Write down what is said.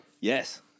Yes